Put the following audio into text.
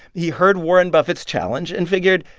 he heard warren buffett's challenge and figured,